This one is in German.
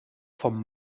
vom